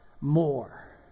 more